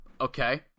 okay